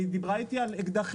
היא דיברה איתי על אקדחים,